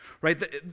right